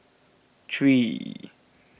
three